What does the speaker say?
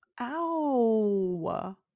Ow